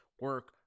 Work